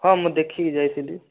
ହଁ ମୁଁ ଦେଖିକି ଯାଇଥିଲି